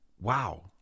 wow